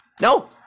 No